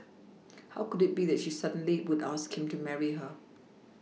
how could it be that she suddenly would ask him to marry her